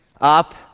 up